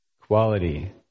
quality